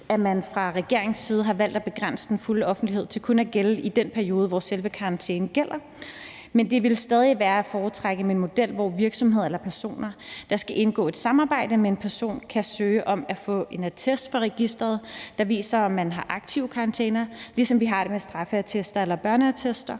at man fra regeringens side har valgt at begrænse den fulde offentlighed til kun at gælde i den periode, hvor selve karantænen gælder, men det ville stadig være at foretrække med en model, hvor virksomheder eller personer, der skal indgå et samarbejde med en person, kan søge om at få en attest fra registeret, der viser, om man har aktiv karantæne, ligesom det er med straffeattester eller børneattester,